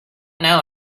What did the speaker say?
know